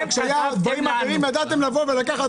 כשהיו דברים אחרים ידעתם לבוא ולקחת,